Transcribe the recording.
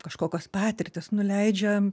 kažkokios patirtys nu leidžia